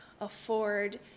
afford